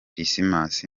dismas